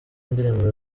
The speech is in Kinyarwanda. indirimbo